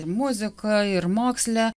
muzika ir moksle